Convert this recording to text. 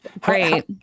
great